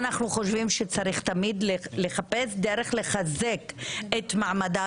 אנחנו חושבים שצריך תמיד לחפש דרך לחזק את מעמדה